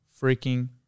freaking